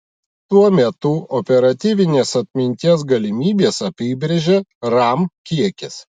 tuo metu operatyvinės atminties galimybes apibrėžia ram kiekis